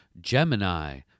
Gemini